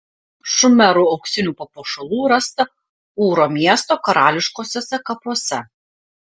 šumerų auksinių papuošalų rasta ūro miesto karališkuosiuose kapuose